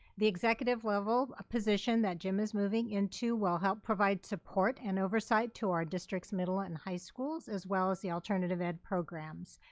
the executive level position that jim is moving in to will help provide support and oversight to our district's middle and high schools, as well as the alternative ed programs.